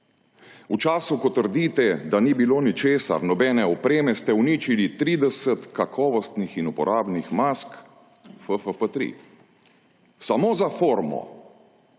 v času, ko trdite, da ni bilo ničesar, nobene opreme, ste uničili 30 kakovostnih in uporabnih mask FFP3, samo za formo,